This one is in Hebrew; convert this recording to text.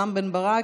רם בן ברק,